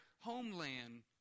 homeland